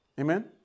Amen